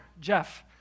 Jeff